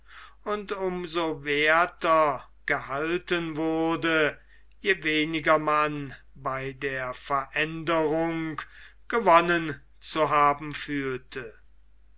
und um so werther gehalten wurde je weniger man bei der veränderung gewonnen zu haben fühlte